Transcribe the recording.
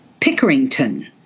Pickerington